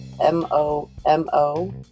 M-O-M-O